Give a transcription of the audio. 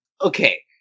Okay